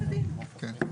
כן.